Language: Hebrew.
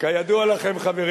אתה תראה שבפעם